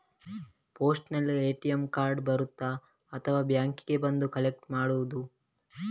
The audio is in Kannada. ಪೋಸ್ಟಿನಲ್ಲಿ ಎ.ಟಿ.ಎಂ ಕಾರ್ಡ್ ಬರುತ್ತಾ ಅಥವಾ ಬ್ಯಾಂಕಿಗೆ ಬಂದು ಕಲೆಕ್ಟ್ ಮಾಡುವುದು?